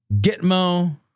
Gitmo